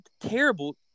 terrible